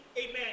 amen